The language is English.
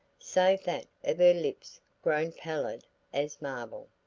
save that of her lips grown pallid as marble,